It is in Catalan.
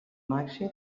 màxim